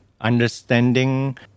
understanding